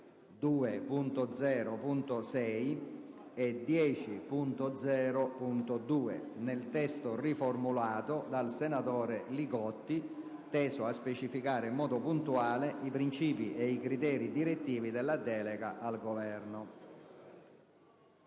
2.0.6 e 10.0.2, nel testo riformulato dal senatore Li Gotti, teso a specificare in modo puntuale i principi e i criteri direttivi della delega al Governo.